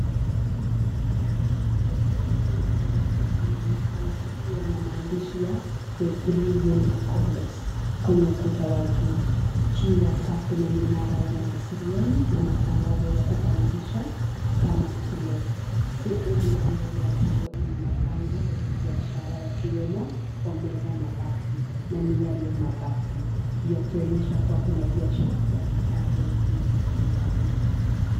Jengo refu la ghorofa linaonekana ikiwa na maandishi ya the Three Unit Complex kwenye ukuta wa juu. Juu ya paa kuna minara ya mawasiliano na matangazo ya kupangisha kama to let . Sehemu ya mbele ya jengo ina mabango ya kibiashara yakiwemo Omega mabati na Miale mabati yakionyesha kuwa kuna biashara ya vifaa vya ujenzi ndani.